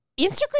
Instagram